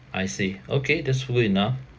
I see okay that's full enough